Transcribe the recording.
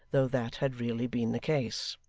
though that had really been the case.